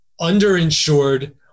Underinsured